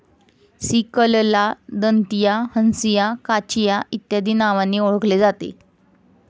सिकलला दंतिया, हंसिया, काचिया इत्यादी नावांनी ओळखले जाते